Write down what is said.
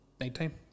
nighttime